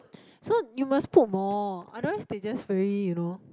so you must put more otherwise they just very you know